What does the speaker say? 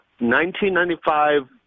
1995